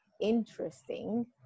interesting